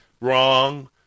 Wrong